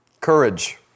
Courage